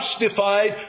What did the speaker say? justified